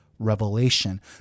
revelation